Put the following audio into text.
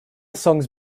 songs